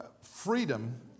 freedom